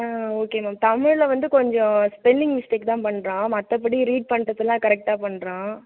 ஆ okay ma'am தமிழில் வந்து கொஞ்சம் ஸ்பெல்லிங் மிஸ்டேக் தான் பண்ணுறான் மற்றபடி ரீட் பண்ணுறதுலாம் கரெக்டாக பண்ணுறான்